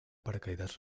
paracaídas